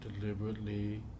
deliberately